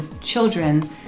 children